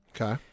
Okay